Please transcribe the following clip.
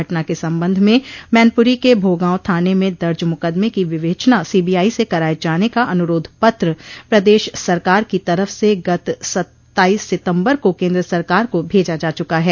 घटना के संबंध में मैनपुरी के भोगांव थाने में दर्ज मुकदमे की विवेचना सीबीआई से कराये जाने का अनुरोध पत्र प्रदेश सरकार की तरफ से गत सत्ताईस सितम्बर को केन्द्र सरकार को भेजा जा चुका है